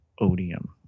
odium